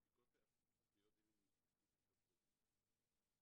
הפניות האלה נבדקו בקפדנות.